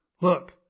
Look